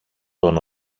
τον